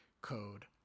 code